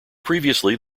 previously